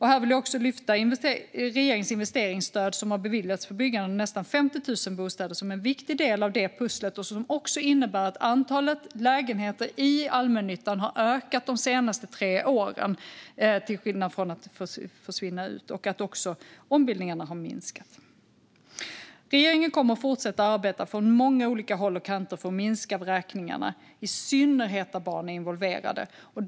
Här vill jag lyfta fram regeringens investeringsstöd, som har beviljats för byggande av nästan 50 000 bostäder och som är en viktig del av detta pussel. Det innebär att antalet lägenheter i allmännyttan har ökat de senaste tre åren i stället för att försvinna ut, och ombildningarna har också minskat. Regeringen kommer att fortsätta att arbeta från många olika håll och kanter för att minska vräkningarna, i synnerhet där barn är involverade.